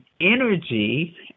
energy